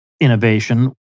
innovation